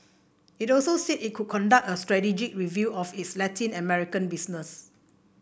it also said it would conduct a strategic review of its Latin American business